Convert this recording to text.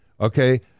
Okay